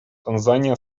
танзания